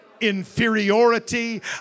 inferiority